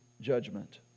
judgment